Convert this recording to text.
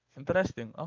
Interesting